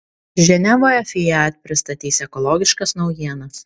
ženevoje fiat pristatys ekologiškas naujienas